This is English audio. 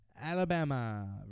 Alabama